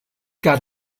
gar